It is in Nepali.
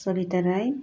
सरिता राई